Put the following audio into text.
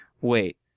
wait